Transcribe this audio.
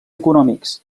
econòmics